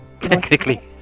Technically